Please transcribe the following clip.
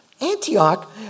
Antioch